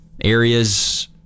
areas